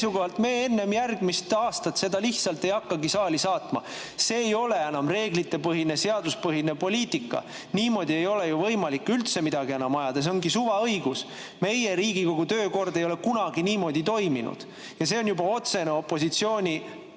nad enne järgmist aastat ei hakkagi seda saali saatma. See ei ole enam reeglitepõhine, seaduspõhine poliitika. Niimoodi ei ole ju võimalik üldse midagi enam ajada. See on mingi suvaõigus. Meie Riigikogu töökord ei ole kunagi niimoodi toiminud. See on juba otsene opositsiooni,